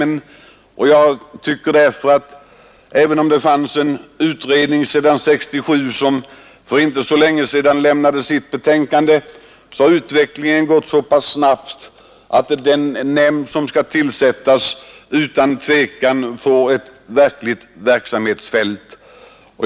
Även om en utredning tillsattes 1967, som för inte så länge sedan lämnade sitt betänkande, har utvecklingen gått så pass snabbt att den nämnd som nu skall tillsättas utan tvekan får ett verkligt stort verksamhetsfält.